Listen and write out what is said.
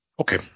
okay